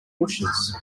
bushes